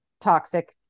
toxic